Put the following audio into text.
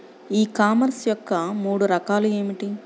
ఈ కామర్స్ యొక్క మూడు రకాలు ఏమిటి?